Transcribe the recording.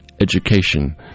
Education